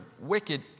wicked